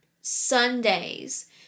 Sundays